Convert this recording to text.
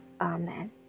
amen